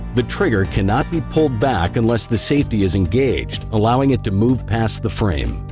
the trigger cannot be pulled back unless the safety is engaged, allowing it to move past the frame.